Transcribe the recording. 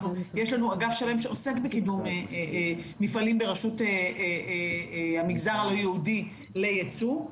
יש לנו אגף שלם שעוסק בקידום מפעלים ברשות המגזר הלא יהודי לייצוא.